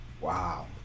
Wow